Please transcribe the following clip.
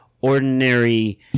ordinary